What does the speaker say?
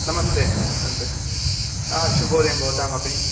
नमस्ते आ शुभोदयं भवतामपि